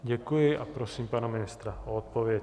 Děkuji a prosím pana ministra o odpověď.